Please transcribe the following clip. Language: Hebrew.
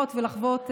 לראות ולחוות,